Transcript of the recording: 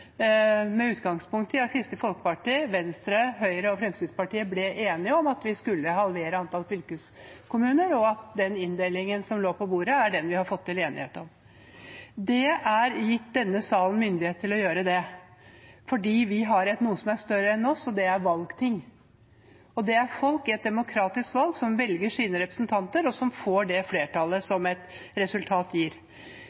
med utgangspunkt i at Kristelig Folkeparti, Venstre, Høyre og Fremskrittspartiet ble enige om at vi skulle halvere antallet fylkeskommuner, og den inndelingen som lå på bordet, er den vi har fått til enighet om. Det er gitt denne salen myndighet å gjøre det fordi vi har noe som er større enn oss, og det er et valgting. Det er folk i et demokratisk valg som velger sine representanter, og som får det flertallet